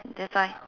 that's why